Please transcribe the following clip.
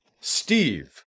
Steve